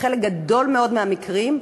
בחלק גדול מאוד מהמקרים,